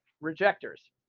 Rejectors